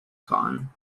khan